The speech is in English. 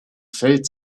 felt